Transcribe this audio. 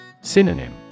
Synonym